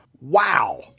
wow